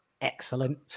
excellent